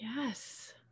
Yes